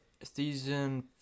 Season